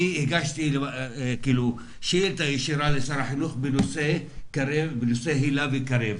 אני הגשתי שאילתה ישירה לשר החינוך בנושא היל"ה ו"קרב".